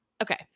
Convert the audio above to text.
Okay